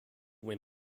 win